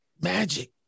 Magic